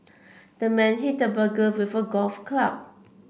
the man hit the burglar with a golf club